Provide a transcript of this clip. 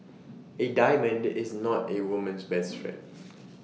A diamond is not A woman's best friend